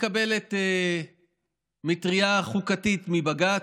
מקבלת מטרייה חוקתית מבג"ץ,